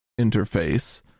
interface